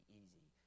easy